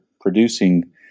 producing